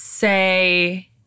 say